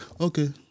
Okay